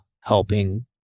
helping